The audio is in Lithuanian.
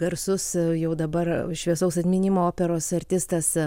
garsus jau dabar šviesaus atminimo operos artistas